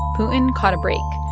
putin caught a break.